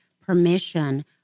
permission